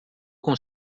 com